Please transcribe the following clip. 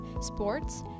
sports